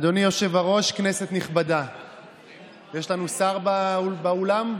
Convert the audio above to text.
אדוני היושב-ראש, כנסת נכבדה, יש לנו שר באולם?